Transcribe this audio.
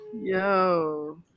Yo